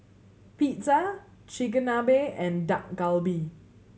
Pizza Chigenabe and Dak Galbi